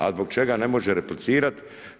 A zbog čega ne može replicirati?